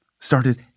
started